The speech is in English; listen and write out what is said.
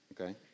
Okay